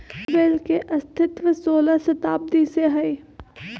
bill के अस्तित्व सोलह शताब्दी से हइ